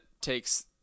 takes